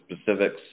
specifics